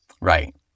Right